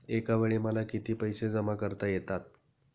एकावेळी मला किती पैसे जमा करता येतात?